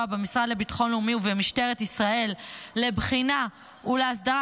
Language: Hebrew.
במשרד לביטחון לאומי ובמשטרת ישראל לבחינה ולהסדרה